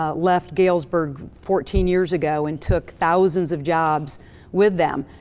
ah left galesburg fourteen years ago, and took thousands of jobs with them,